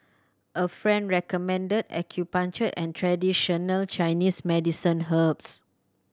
a friend recommended acupuncture and traditional Chinese medicine herbs